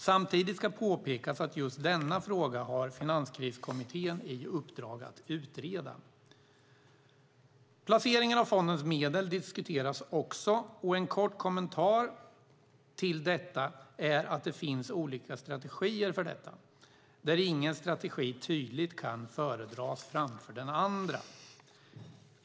Samtidigt ska påpekas att just denna fråga har Finanskriskommittén i uppdrag att utreda. Placeringen av fondens medel diskuteras också. En kort kommentar till detta är att det finns olika strategier där ingen strategi tydligt kan föredras framför den andra.